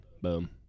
Boom